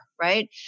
right